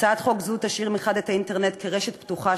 הצעת חוק זו תשאיר מחד גיסא את האינטרנט כרשת פתוחה,